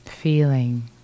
feeling